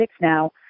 now